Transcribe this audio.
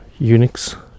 Unix